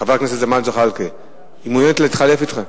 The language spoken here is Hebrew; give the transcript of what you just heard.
חבר הכנסת ג'מאל זחאלקה, היא מעוניינת להתחלף אתך.